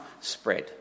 spread